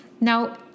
Now